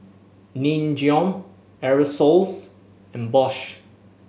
Nin Jiom Aerosoles and Bosch